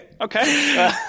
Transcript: Okay